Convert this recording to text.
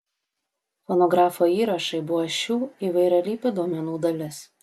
fonografo įrašai buvo šių įvairialypių duomenų dalis